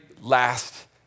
last